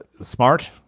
smart